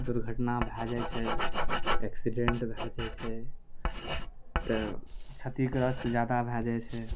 दुर्घटना भऽ जाइ छै एक्सीडेन्ट भऽ जाइ छै तऽ क्षतिग्रस्त जादा भऽ जाइ छै